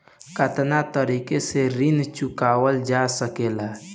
कातना तरीके से ऋण चुका जा सेकला?